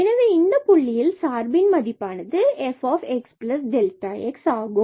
எனவே இந்தப் புள்ளியில் சார்பு மதிப்பானது fxxஆகும்